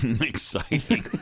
Exciting